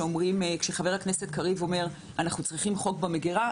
כשחבר הכנסת קריב אומר "אנחנו צריכים חוק במגירה",